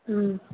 ꯎꯝ